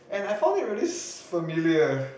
and I found it really familiar